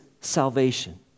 salvation